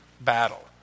battle